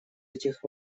этих